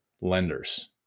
lenders